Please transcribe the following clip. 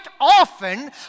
often